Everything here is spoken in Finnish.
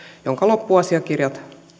jonka loppuasiakirja